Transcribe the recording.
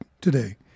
today